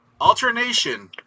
Alternation